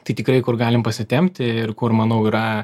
tai tikrai kur galim pasitempti ir kur manau yra